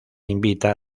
invita